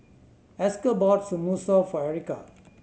Esker bought Samosa for Erica